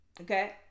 okay